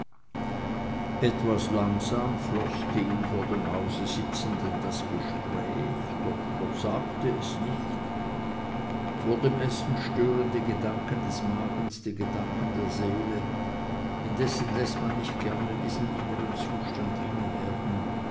etwas langsam floß den vor dem hause sitzenden das gespräch doch versiegte es nicht vor dem essen stören die gedanken des magens die gedanken der seele indessen läßt man nicht gerne diesen innern zustand